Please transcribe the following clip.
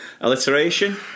Alliteration